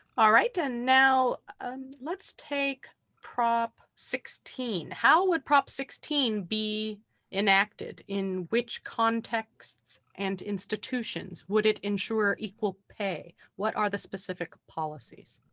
ah ah now um let's take prop sixteen. how would prop sixteen be enacted? in which contexts and institutions would it ensure equal pay? what are the specific policies?